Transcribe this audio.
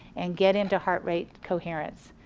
and get into heart rate coherence.